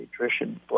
nutrition